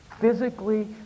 physically